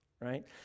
right